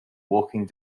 walking